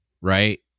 right